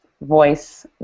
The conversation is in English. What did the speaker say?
voice